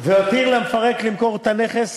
והתיר למפרק למכור את הנכס,